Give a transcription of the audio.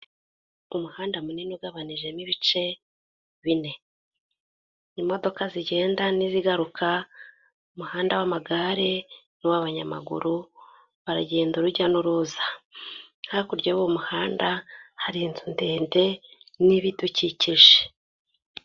Umuhanda munini ugabanijemo ibice bine. Imodoka zigenda n'izigaruka, umuhanda w'amagare n'uw'abanyamaguru baragenda urujya n'uruza, hakurya y'umuhanda hari inzu ndende n'ibidukikije.